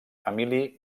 emili